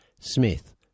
Smith